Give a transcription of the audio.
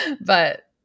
but-